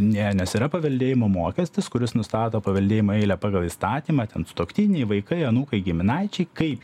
ne nes yra paveldėjimo mokestis kuris nustato paveldėjimo eilę pagal įstatymą ten sutuoktiniai vaikai anūkai giminaičiai kaip